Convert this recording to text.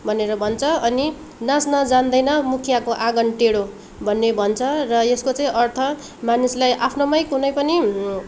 भनेर भन्छ अनि नाँच्न जान्दैन मुखियाको आँगन टेँडो भन्ने भन्छ र यसको चाहिँ अर्थ मानिसलाई आफ्नोमै कुनै पनि